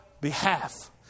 behalf